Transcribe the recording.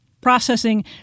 processing